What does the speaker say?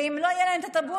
ואם לא יהיה להם טאבונים,